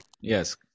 Yes